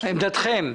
עמדתכם?